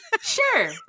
Sure